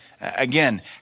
Again